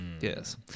Yes